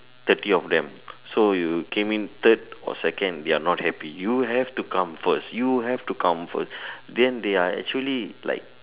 thirty of them so you came in third or second they're not happy you have to come first you have to come first then they're actually like